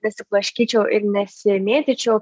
nesiblaškyčiau ir nesimėtyčiau